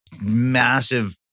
massive